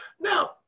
Now